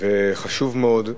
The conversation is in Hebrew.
וחשוב מאוד.